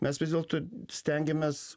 mes vis dėlto stengiamės